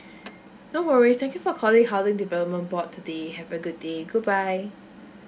no worries thank you for calling housing development board today have a good day goodbye